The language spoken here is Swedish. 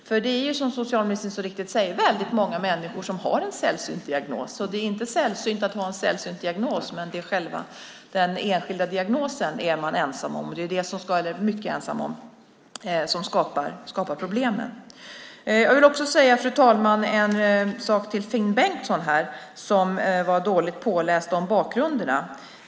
Det är ju som socialministern så riktigt säger väldigt många människor som har en sällsynt diagnos. Det är inte sällsynt att ha en sällsynt diagnos, men själva den enskilda diagnosen är man mycket ensam om. Det är det som skapar problemen. Jag vill också, fru talman, säga en sak till Finn Bengtsson som var dåligt påläst om bakgrunden.